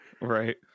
right